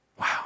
Wow